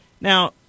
Now